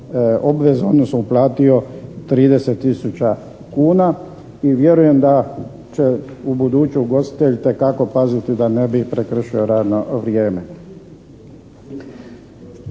obveze odnosno uplatio 30 tisuća kuna. I vjerujem da će ubuduće ugostitelj itekako paziti da ne bi prekršio radno vrijeme.